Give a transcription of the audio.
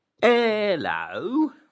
Hello